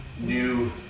new